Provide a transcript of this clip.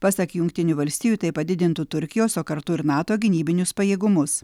pasak jungtinių valstijų tai padidintų turkijos o kartu ir nato gynybinius pajėgumus